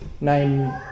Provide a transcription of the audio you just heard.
name